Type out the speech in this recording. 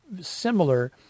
similar